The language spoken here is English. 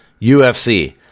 UFC